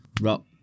rock